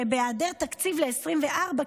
שבהיעדר תקציב ל-2024,